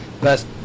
Best